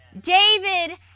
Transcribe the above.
David